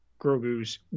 Grogu's